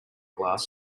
glass